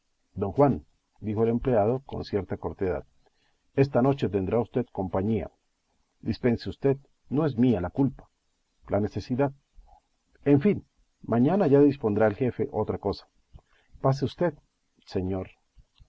oro don juan dijo el empleado con cierta cortedad esta noche tendrá usted compañía dispense usted no es mía la culpa la necesidad en fin mañana ya dispondrá el jefe otra cosa pase usted señor